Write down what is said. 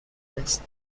است